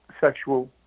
sexual